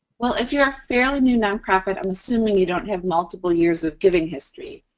well, if you're a fairly new nonprofit, i'm assuming you don't have multiple years of giving history.